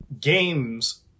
games